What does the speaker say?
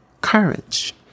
courage